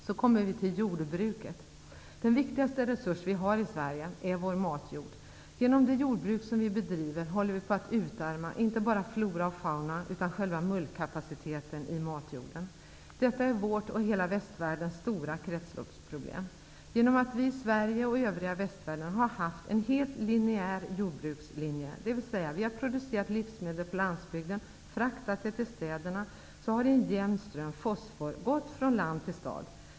Så kommer vi till jordbruket. Den viktigaste resurs vi har i Sverige är vår matjord. Genom det jordbruk som vi bedriver håller vi på att utarma, inte bara flora och fauna, utan själva mullkapaciteten i matjorden. Detta är vårt och hela västvärldens stora kretsloppsproblem. Genom att vi i Sverige och övriga västvärlden har haft en helt lineär jordbrukslinje, dvs. vi har producerat livsmedel på landsbygden och fraktat dem till städerna, har fosfor i en jämn ström gått från land till stad.